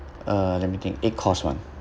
uh let me think eight course [one]